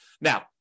Now